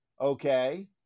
okay